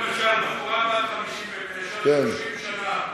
למשל, בחורה בת 59, 30 שנה עבדה,